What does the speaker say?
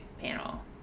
panel